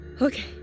Okay